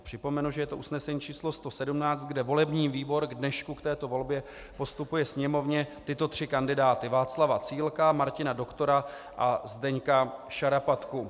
Připomenu, že je to usnesení číslo 117, kde volební výbor k dnešku k této volbě postupuje Sněmovně tyto tři kandidáty: Václava Cílka, Martina Doktora a Zdeňka Šarapatku.